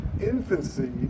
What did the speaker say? infancy